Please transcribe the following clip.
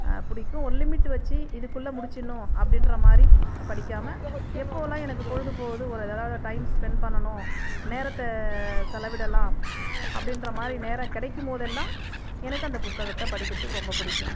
பிடிக்கும் ஒரு லிமிட் வச்சு இதுக்குள்ளே முடிச்சிட்ணும் அப்படின்ற மாதிரி படிக்காமல் எப்போயெல்லாம் எனக்கு பொழுது போகுது ஓரளவு டைம் ஸ்பென்ட் பண்ணணும் நேரத்தை செலவிடலாம் அப்படின்ற மாதிரி நேரம் கிடைக்கும் போதெல்லாம் எனக்கு அந்த புஸ்தகத்தை படிக்கிறதுக்கு ரொம்ப பிடிக்கும்